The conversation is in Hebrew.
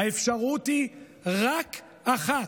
האפשרות היא רק אחת: